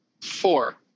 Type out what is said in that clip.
Four